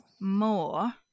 more